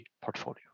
portfolio